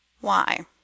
Why